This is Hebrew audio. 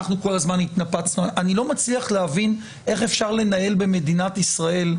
אני לא מצליח להבין איך אפשר לנהל, במדינת ישראל,